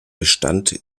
bestand